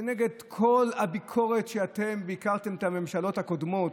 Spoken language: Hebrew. כנגד כל הביקורת שאתם ביקרתם את הממשלות הקודמות,